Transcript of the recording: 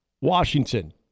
Washington